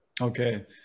Okay